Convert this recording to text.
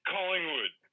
Collingwood